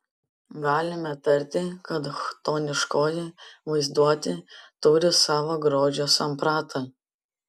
galime tarti kad chtoniškoji vaizduotė turi savo grožio sampratą